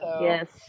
yes